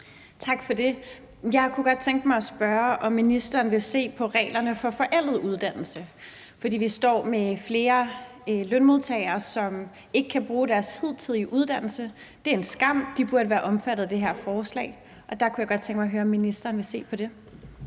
Tak for det. Jeg kunne godt tænke mig at spørge, om ministeren vil se på reglerne for forældet uddannelse, for vi står med flere lønmodtagere, som ikke kan bruge deres hidtidige uddannelse. Det er en skam, de burde være omfattet af det her forslag, og der kunne jeg godt tænke mig at høre, om ministeren vil se på det.